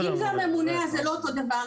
אם זה לממונה, אז זה לא אותו דבר.